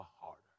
harder